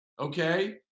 Okay